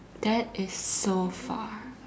that is so far